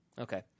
Okay